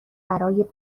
برای